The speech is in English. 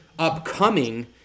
upcoming